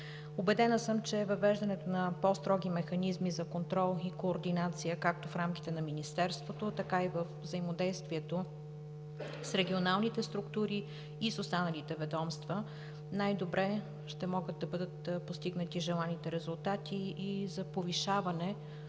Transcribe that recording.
Убедена съм, че въвеждането на по-строги механизми за контрол и координация както в рамките на Министерството, така и във взаимодействието с регионалните структури и останалите ведомства, най-добре ще могат да бъдат постигнати желаните резултати и за повишаване